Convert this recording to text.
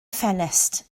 ffenestr